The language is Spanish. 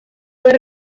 fue